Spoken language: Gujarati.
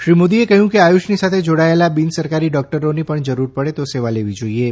શ્રી મોદીએ કહ્યું કે આયુષની સાથે જોડાયેલા બિનસરકારી ડોક્ટરોની પણ જરૂર પડે તો સેવા લેવી જોઇએ